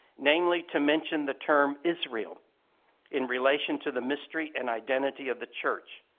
namely to mention the term israel in relation to the mystery and identity of the church.